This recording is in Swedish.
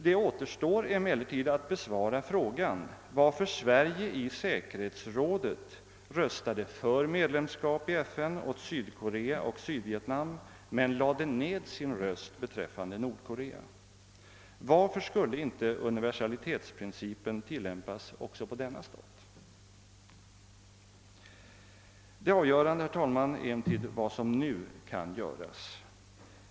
Det återstår emellertid att besvara frågan varför Sverige i säkerhetsrådet röstade för medlemskap i FN åt Sydkorea och Sydvietnam, men lade ned sin röst beträffande Nordkorea. Varför skulle inte universalitetsprincipen tilllämpas också på denna stat? Det avgörande, herr talman, är emellertid vad som nu kan göras.